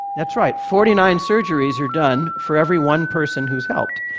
that's right, forty nine surgeries are done for every one person who's helped.